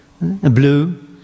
Blue